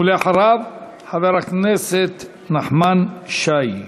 ואחריו, חבר הכנסת נחמן שי.